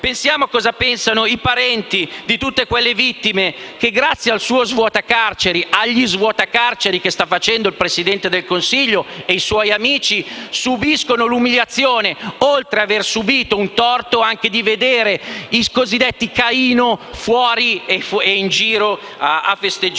Pensiamo a cosa pensano i parenti di tutte quelle vittime che grazie al suo svuota carceri, agli svuota carceri che sta facendo il Presidente del Consiglio insieme ai suoi amici, subiscono l'umiliazione, oltre ad aver subito un torto, di vedere i cosiddetti Caino fuori, in giro a festeggiare.